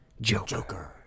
Joker